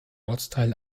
ortsteil